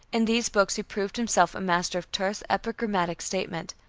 in these books he proved himself a master of terse, epigrammatic statement.